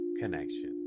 connection